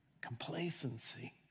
Complacency